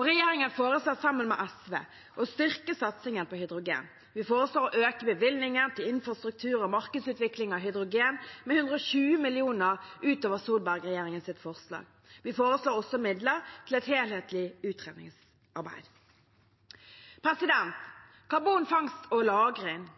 Regjeringen foreslår sammen med SV å styrke satsingen på hydrogen. Vi foreslår å øke bevilgningen til infrastruktur og markedsutvikling av hydrogen med 120 mill. kr utover Solberg-regjeringens forslag. Vi foreslår også midler til et helhetlig utredningsarbeid. Karbonfangst og